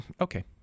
okay